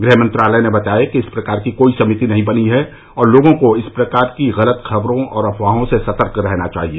गृह मंत्रालय ने बताया कि इस प्रकार की कोई समिति नहीं बनी है और लोगों को इस प्रकार की गलत खबरों और अफवाहों से सतर्क रहना चाहिए